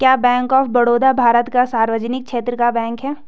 क्या bank of Baroda Bharat का सार्वजनिक क्षेत्र का बैंक है?